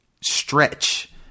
stretch